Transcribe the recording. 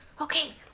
Okay